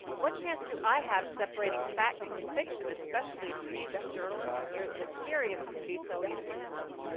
what chance do i have separating fact from fiction, especially if seasoned journalists with years of experience can be so easily fooled?